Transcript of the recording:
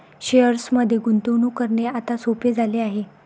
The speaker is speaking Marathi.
शेअर्समध्ये गुंतवणूक करणे आता सोपे झाले आहे